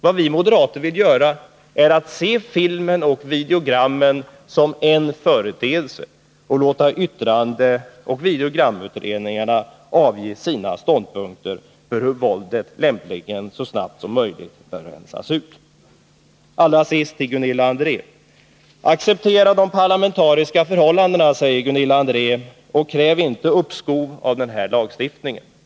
Vad vi moderater vill göra är att se filmen och videogrammen som en företeelse, och låta yttrandefrihetsutredningen och videogramutredningen avge sina förslag till hur våldet så fort som möjligt skall rensas ut. Så till Gunilla André: Acceptera de parlamentariska förhållandena och kräv inte uppskov med den här lagstiftningen, säger hon.